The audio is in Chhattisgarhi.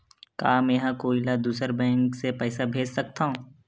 का मेंहा कोई ला दूसर बैंक से पैसा भेज सकथव?